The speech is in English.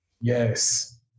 Yes